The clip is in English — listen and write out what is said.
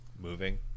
moving